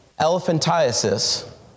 elephantiasis